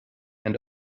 and